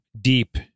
deep